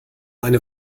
eine